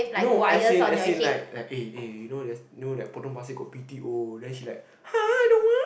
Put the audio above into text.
no as in as in like like eh eh you know you know that Potong-Pasir got b_t_o then she like [huh] I don't want